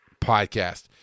podcast